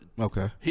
Okay